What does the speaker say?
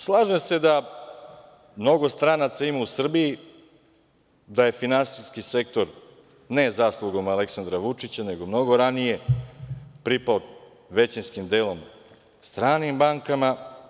Slažem se da mnogo stranaca ima u Srbiji, da je finansijski sektor, ne zaslugom Aleksandra Vučića, nego mnogo ranije, pripao većinskim delom stranim bankama.